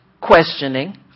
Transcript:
questioning